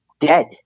dead